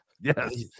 Yes